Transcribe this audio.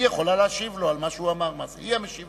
היא יכולה להשיב לו על מה שהוא אמר, היא המשיבה.